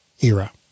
era